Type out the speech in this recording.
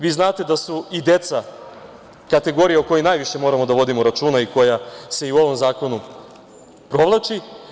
Vi znate da su i deca kategorija o kojoj najviše moramo da vodimo računa i koja se i u ovom zakonu provlači.